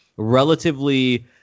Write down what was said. relatively